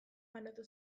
banatu